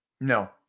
No